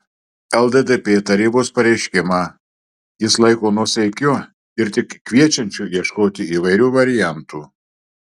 lddp tarybos pareiškimą jis laiko nuosaikiu ir tik kviečiančiu ieškoti įvairių variantų